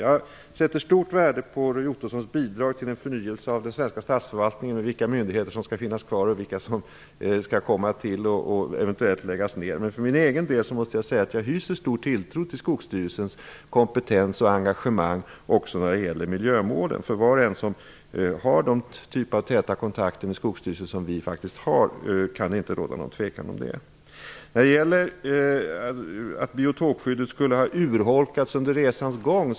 Jag sätter stort värde på Roy Ottossons bidrag till en förnyelse av den svenska statsförvaltningen, vilka myndigheter som skall finnas, vilka som skall skapas och vilka som eventuellt skall läggas ner. För egen del måste jag säga att jag hyser stor tilltro till Skogsstyrelsens kompetens och engagemang när det gäller miljömålen. Var och en som har den typ av täta kontakter med Skogsstyrelsen som vi har vet att det inte råder någon tvekan om det. Roy Ottosson säger att biotopskyddet skulle ha urholkats under resans gång.